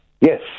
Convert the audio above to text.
Yes